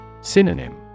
Synonym